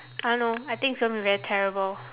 I don't know I think it's gonna be very terrible